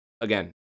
again